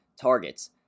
targets